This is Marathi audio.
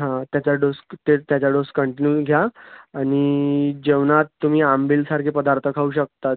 हां त्याचा डोस ते त्याच्या डोस कंटिन्यू घ्या आणि जेवणात तुम्ही आंबीलसारखे पदार्थ खाऊ शकतात